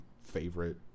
favorite